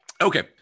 Okay